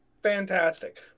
fantastic